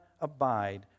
abide